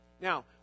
Now